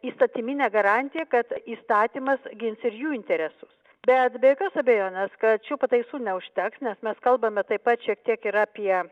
įstatyminę garantiją kad įstatymas gins ir jų interesus bet be jokios abejonės kad šių pataisų neužteks nes mes kalbame taip pat šiek tiek ir apie